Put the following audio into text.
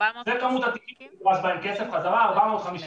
זו כמות התיקים שנדרש בהם כסף חזרה, 450 תיקים.